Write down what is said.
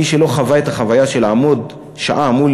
מי שלא חווה את החוויה של לעמוד שעה מול